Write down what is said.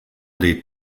dei